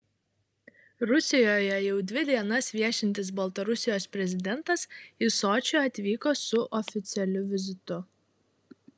rusijoje jau dvi dienas viešintis baltarusijos prezidentas į sočį atvyko su oficialiu vizitu